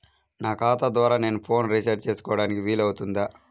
నా ఖాతా ద్వారా నేను ఫోన్ రీఛార్జ్ చేసుకోవడానికి వీలు అవుతుందా?